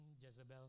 Jezebel